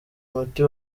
umuti